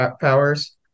powers